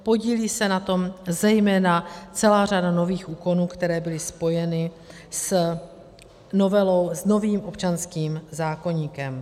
Podílí se na tom zejména celá řada nových úkonů, které byly spojeny s novelou, s novým občanským zákoníkem.